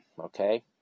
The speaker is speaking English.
okay